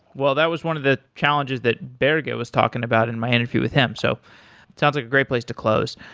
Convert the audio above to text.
well that is one of the challenges that boerge was talking about in my interview with him. so, it sounds like a great place to close.